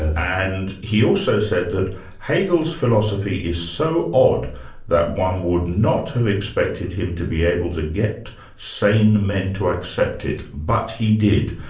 and he also said that hegel's philosophy is so odd that one would not have expected him to be able to get sane men to accept it. but he did.